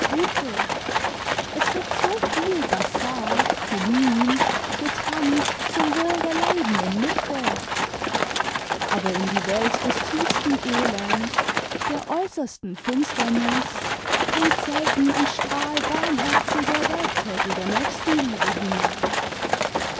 es wird so viel basart gemimt getanzt zum wohl der leidenden mitwelt aber in die welt des tiefsten elends der äußersten finsternis dringt selten ein strahl barmherziger werktätiger nächstenliebe hinab